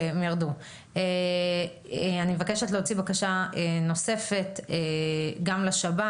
אני מבקשת להוציא בקשה נוספת גם לשב"כ,